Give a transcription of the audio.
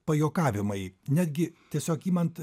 pajuokavimai netgi tiesiog imant